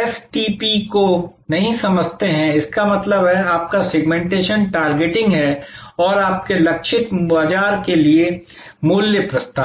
STP को नहीं समझते हैं इसका मतलब है आपका सेगमेंटेशन टारगेटिंग और आपके लक्षित बाजार के लिए मूल्य प्रस्ताव